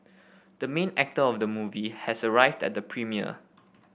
the main actor of the movie has arrived at the premiere